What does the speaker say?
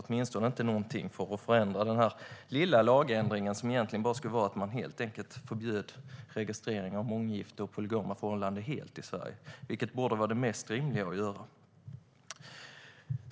Åtminstone gjorde de ingenting för att göra den lilla lagändring som innebär att man helt enkelt förbjuder registrering av månggifte och polygama förhållanden helt i Sverige, vilket vore rimligast.